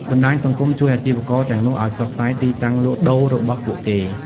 បណ្តាញសង្គមជួយអាជីវករទាំងនោះឱ្យផ្សព្វផ្សាយទីតាំងលក់ដូររបស់ពួកគេ ។